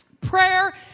Prayer